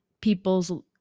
people's